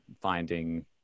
finding